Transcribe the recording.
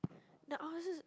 nah I was just